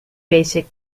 basic